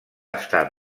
estat